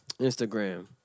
Instagram